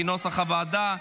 כנוסח הוועדה,